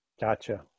Gotcha